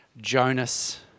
Jonas